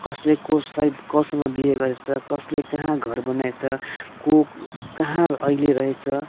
कसले कसलाई कोसँग बिहे गरेछ कसले कहाँ घर बनाएछ को कहाँ अहिले रहेछ